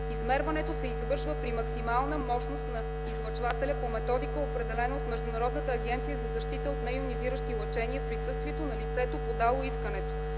Измерването се извършва при максимална мощност на излъчвателя по методика, определена от международната агенция за защита от нейонизиращи лъчения в присъствието на лицето, подало искането.